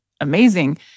amazing